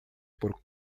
por